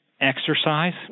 Exercise